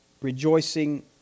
rejoicing